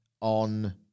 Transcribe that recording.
on